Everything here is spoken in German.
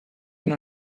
hin